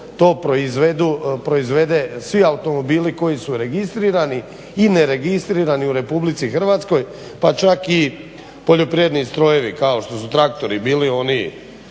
to proizvede svi automobili koji su registrirani, i neregistrirani u Republici Hrvatskoj pa čak i poljoprivredni strojevi kao što su traktori, bili oni